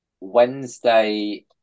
Wednesday